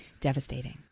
devastating